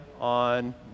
on